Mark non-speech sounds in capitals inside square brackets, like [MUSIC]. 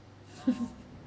[LAUGHS]